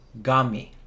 Gami